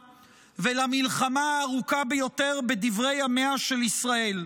ולמלחמה הארוכה ביותר בדברי ימיה של ישראל.